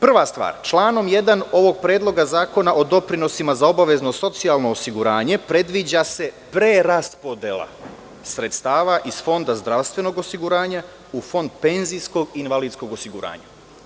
Prva stvar, članom 1. Predloga zakona o doprinosima za obavezno socijalno osiguranje predviđa se preraspodela sredstava iz Fonda zdravstvenog osiguranja u Fond penzijskog i invalidskog osiguranja.